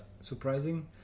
surprising